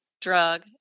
drug